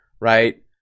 right